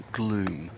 gloom